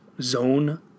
zone